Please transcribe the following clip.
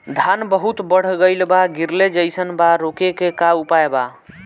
धान बहुत बढ़ गईल बा गिरले जईसन बा रोके क का उपाय बा?